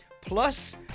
Plus